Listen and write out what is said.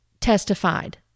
testified